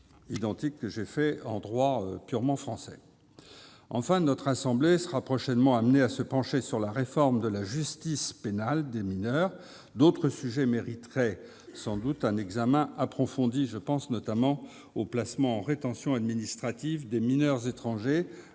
identique en droit purement français. Enfin, notre assemblée sera prochainement amenée à se pencher sur la réforme de la justice pénale des mineurs. D'autres sujets mériteraient sans doute un examen approfondi. Je pense notamment au placement en rétention administrative des mineurs étrangers